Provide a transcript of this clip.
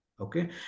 Okay